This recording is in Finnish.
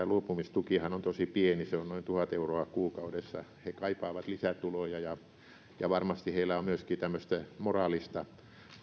luopumistukihan on tosi pieni se on noin tuhat euroa kuukaudessa kaipaavat lisätuloja ja ja varmasti heillä on myöskin tämmöistä moraalista